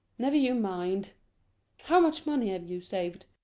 never you mind how much money have you saved?